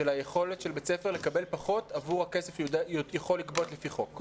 של היכולת של בית ספר לקבל פחות עבור הכסף שהוא יכול לגבות לפי חוק?